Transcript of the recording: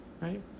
right